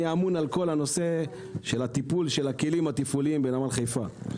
אני אמון על כל הנושא של הטיפול של הכלים התפעוליים בנמל חיפה.